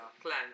clan